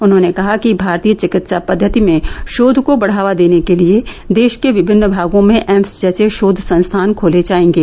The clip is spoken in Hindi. उन्होंने कहा कि भारतीय चिकित्सा पद्धति में ीोध को बढ़ावा देने के लिए देश के विभिन्न भागों में एम्स जैसे ीोध संस्थान खोले जायेंगे